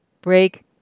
break